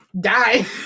Die